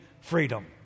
freedom